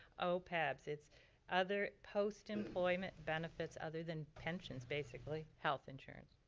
opebs, it's other post employment benefits other than pensions basically, health insurance.